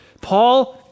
Paul